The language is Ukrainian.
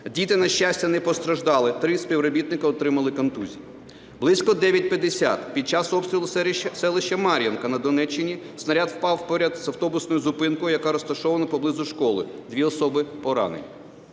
Діти, на щастя, не постраждали, 3 співробітники отримали контузії. Близько 9:50 під час обстрілу селища Мар'янка на Донеччині снаряд впав поряд з автобусною зупинкою, яка розташована поблизу школи, дві особи поранені.